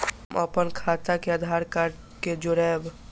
हम अपन खाता के आधार कार्ड के जोरैब?